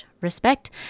respect